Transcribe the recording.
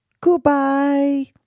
Goodbye